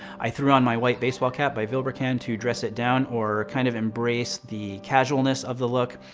i threw on my white baseball cap by vilebrequin to dress it down or kind of embrace the casualness of the look.